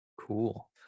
Cool